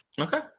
Okay